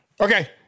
Okay